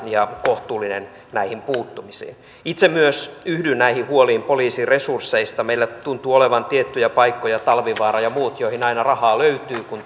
ja kohtuullinen näihin puuttumisiin itse myös yhdyn näihin huoliin poliisin resursseista meillä tuntuu olevan tiettyjä paikkoja talvivaara ja muut joihin aina rahaa löytyy kun